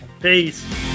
Peace